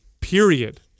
period